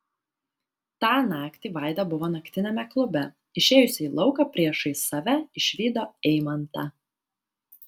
tą naktį vaida buvo naktiniame klube išėjusi į lauką priešais save išvydo eimantą